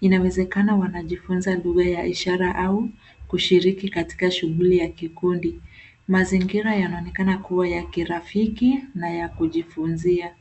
Inawezekana wanajifunza lugha ya ishara au kushiriki katika shughuli ya kikundi. Mazingira yanaonekana kuwa ya kirafiki na ya kujifunzia.